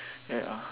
ya